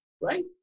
right